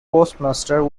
postmaster